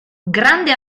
grande